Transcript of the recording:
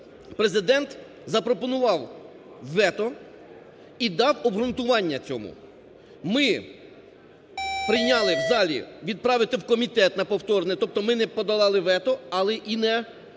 Президент запропонував вето і дав обґрунтування цьому. Ми прийняли в залі відправити в комітет на повторне, тобто ми не подолали вето, але і не погодили